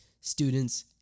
students